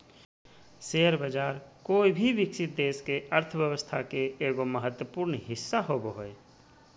share बाज़ार कोय भी विकसित देश के अर्थ्व्यवस्था के एगो महत्वपूर्ण हिस्सा होबो हइ